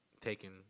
taken